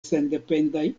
sendependaj